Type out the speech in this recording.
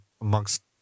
amongst